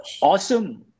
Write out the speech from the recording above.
Awesome